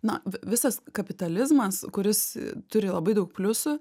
na vi visas kapitalizmas kuris turi labai daug pliusų